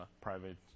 private